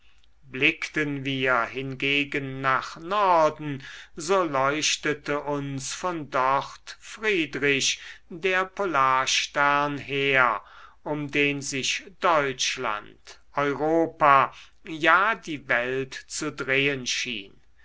blickten wir hingegen nach norden so leuchtete uns von dort friedrich der polarstern her um den sich deutschland europa ja die welt zu drehen schien